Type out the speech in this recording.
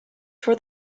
for